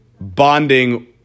bonding